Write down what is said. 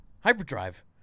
Hyperdrive